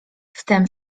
wtem